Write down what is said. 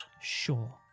Sure